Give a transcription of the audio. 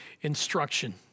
instruction